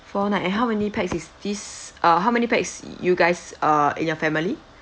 four night and how many pax is this ah how many pax you guys ah in your family